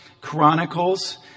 Chronicles